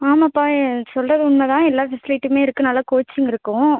ஆமாம்ப்பா எ சொல்கிறது உண்மை தான் எல்லா ஃபெசிலிட்டியுமே இருக்குது நல்லா கோச்சிங் இருக்கும்